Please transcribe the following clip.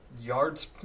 yards